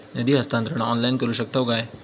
निधी हस्तांतरण ऑनलाइन करू शकतव काय?